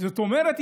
זאת אומרת,